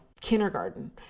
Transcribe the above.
kindergarten